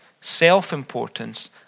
self-importance